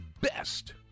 best